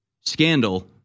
scandal